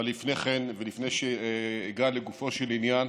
אבל לפני כן ולפני שאגע בגופו של עניין,